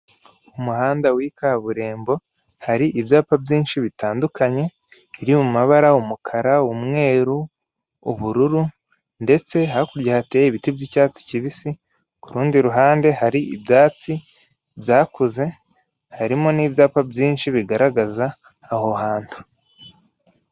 Umuhanda w'ikaburimbo hari ibyapa byinshi bitandukanye, biri mu mabara umukara, umweru, ubururu, ndetse hakurya hateye ibiti by'icyatsi kibisi kurundi ruhande hari ibyatsi byakuze harimo n'ibyapa byinshi bigaragaza aho hantu.